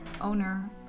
owner